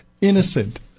innocent